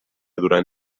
durant